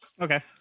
Okay